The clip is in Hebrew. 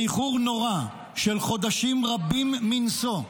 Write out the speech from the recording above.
באיחור נורא של חודשים רבים מנשוא,